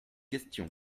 question